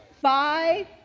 Five